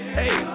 hey